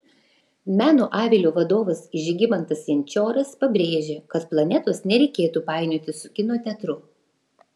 meno avilio vadovas žygimantas jančoras pabrėžė kad planetos nereikėtų painioti su kino teatru